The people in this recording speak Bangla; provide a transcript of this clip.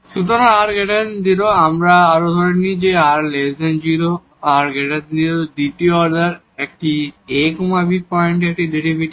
সুতরাং r 0 আমরা আরও ধরে নিই যে r 0 r 0 এটি দ্বিতীয় অর্ডার এটি a b পয়েন্টে একটি ডেরিভেটিভ